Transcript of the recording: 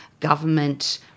Government